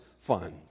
fund